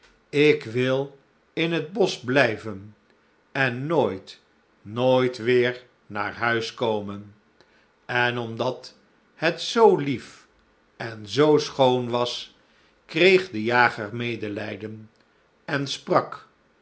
ik wil in het bosch blijven en nooit nooit weêr naar huis komen en omdat het zoo lief en zoo schoon was kreeg de jager medelijden en sprak